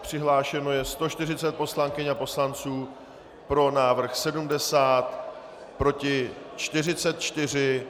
Přihlášeno je 140 poslankyň a poslanců, pro návrh 70, proti 44.